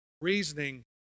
reasoning